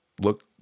look